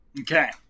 Okay